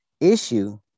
issue